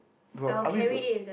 but are we good